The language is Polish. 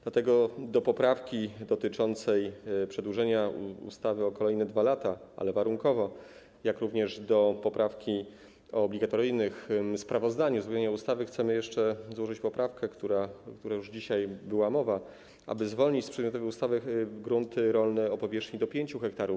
Dlatego do poprawki dotyczącej przedłużenia ustawy o kolejne 2 lata, ale warunkowo, jak również do poprawki o obligatoryjnym sprawozdaniu o zmianie ustawy, chcemy jeszcze złożyć poprawkę, o której już dzisiaj była mowa, aby zwolnić z przedmiotowej ustawy grunty rolne o powierzchni do 5 ha.